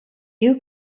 you